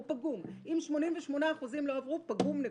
אם 88% לא עברו, פגום.